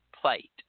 plate